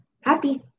happy